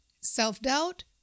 Self-doubt